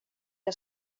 jag